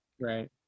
right